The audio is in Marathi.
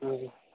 हं